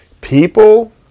People